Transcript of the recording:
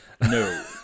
No